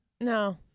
No